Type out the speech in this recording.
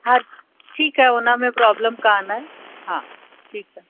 हा ठीकु आहे हुन में प्रोब्लम काने हा ठीकु आहे